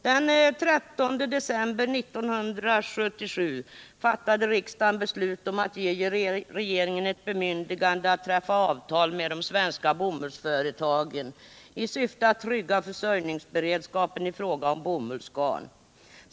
Den 13 december 1977 fattade riksdagen beslut om att ge regeringen ett bemyndigande att träffa avtal med de svenska bomullsföretagen i syfte att trygga försörjningsberedskapen i fråga om bomullsgarn.